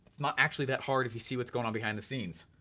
not actually that hard if you see what's going on behind the scenes.